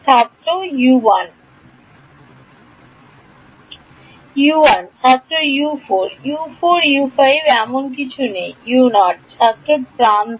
ছাত্র U1 U1 ছাত্র U4 U4 U5 এমন কিছু নেই U0 ছাত্র প্রান্ত